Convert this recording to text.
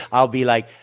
i'll be like,